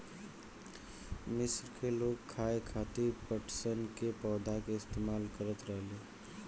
मिस्र के लोग खाये खातिर पटसन के पौधा के इस्तेमाल करत रहले